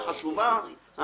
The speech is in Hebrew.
לשכנים.